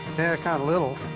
they're kind of little.